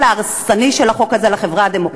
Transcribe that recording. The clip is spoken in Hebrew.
ההרסני של החוק הזה לחברה הדמוקרטית?